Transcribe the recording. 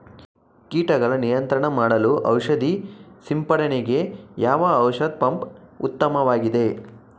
ಕೀಟಗಳ ನಿಯಂತ್ರಣ ಮಾಡಲು ಔಷಧಿ ಸಿಂಪಡಣೆಗೆ ಯಾವ ಔಷಧ ಪಂಪ್ ಉತ್ತಮವಾಗಿದೆ?